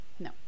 no